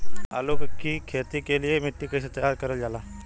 आलू की खेती के लिए मिट्टी कैसे तैयार करें जाला?